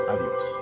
Adiós